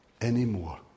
anymore